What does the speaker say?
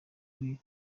ari